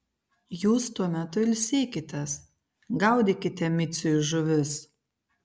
jūs tuo metu ilsėkitės gaudykite miciui žuvis